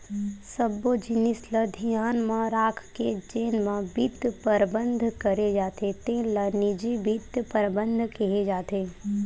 सब्बो जिनिस ल धियान म राखके जेन म बित्त परबंध करे जाथे तेन ल निजी बित्त परबंध केहे जाथे